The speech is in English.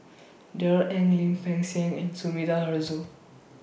Darrell Ang Lim Peng Siang and Sumida Haruzo